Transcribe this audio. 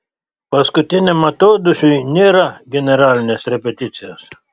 paskutiniam atodūsiui nėra generalinės repeticijos